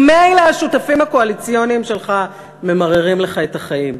ממילא השותפים הקואליציוניים שלך ממררים לך את החיים,